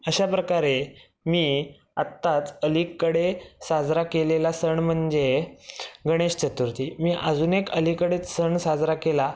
अशाप्रकारे मी आत्ताच अलीकडे साजरा केलेला सण म्हणजे गणेश चतुर्थी मी अजून एक अलीकडेच सण साजरा केला